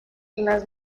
las